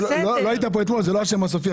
זה לא השם הסופי.